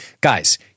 guys